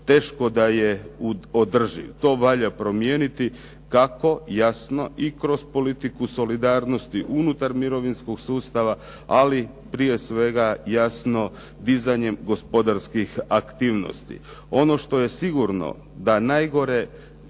teško da je održiv. To valja promijeniti kako jasno i kroz politiku solidarnosti unutar mirovinskog sustava ali prije svega jasno dizanjem gospodarskih aktivnosti. Ono što je sigurno da najgore